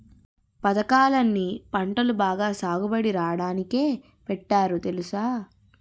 పదకాలన్నీ పంటలు బాగా సాగుబడి రాడానికే పెట్టారు తెలుసా?